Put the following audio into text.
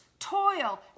Toil